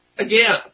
Again